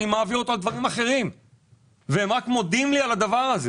אני מעביר אותו לדברים אחרים והם רק מודים לי על כך.